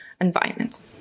environment